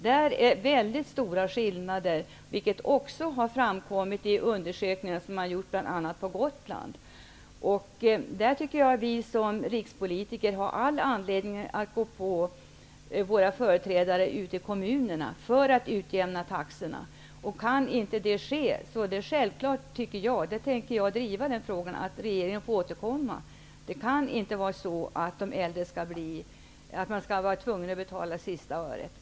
Där finns det väldigt stora skillnader. Det har framkommit i undersökningar som gjorts bl.a. på Gotland. Vi rikspolitiker har all anledning att trycka på hos våra företrädare ute i kommunerna så att de utjämnar taxorna. Om inte det sker tänker jag driva frågan om att regeringen skall återkomma. Det kan inte vara så att de äldre skall vara tvungna att lägga sitt sista öre på boendet.